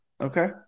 Okay